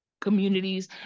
communities